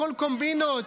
הכול קומבינות.